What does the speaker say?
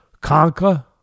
Conquer